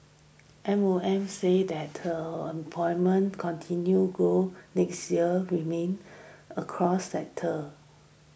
M O M said latter employment continue grow next year remain across sectors